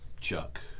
Chuck